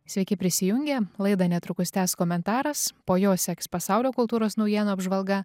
sveiki prisijungę laidą netrukus tęs komentaras po jo seks pasaulio kultūros naujienų apžvalga